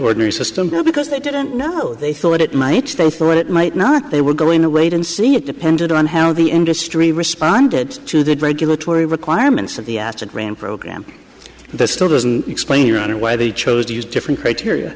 ordinary system because they didn't know they thought it might stand for what it might not they were going to wait and see it depended on how the industry responded to that regulatory requirements of the acid rain program that still doesn't explain your honor why they chose to use different criteria